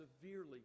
severely